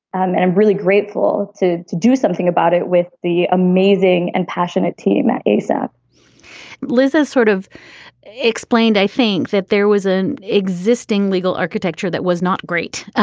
and i'm really grateful to to do something about it with the amazing and passionate team that asef lizza's sort of explained, i think that there was an existing legal architecture that was not great, ah